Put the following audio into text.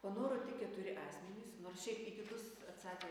panoro tik keturi asmenys nors šiaip į kitus atsakė